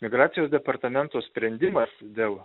migracijos departamento sprendimas dėl